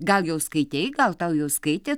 gal jau skaitei gal tau jau skaitė